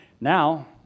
Now